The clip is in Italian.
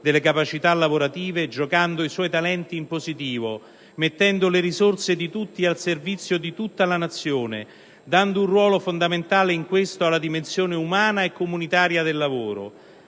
delle capacità lavorative, giocando i suoi talenti in positivo, mettendo le risorse di tutti al servizio di tutta la Nazione, dando un ruolo fondamentale in questo alla dimensione umana e comunitaria del lavoro.